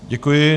Děkuji.